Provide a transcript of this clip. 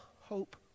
hope